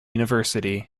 university